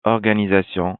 organisations